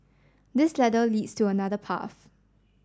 this ladder leads to another path